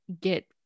get